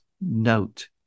note